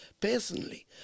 personally